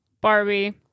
Barbie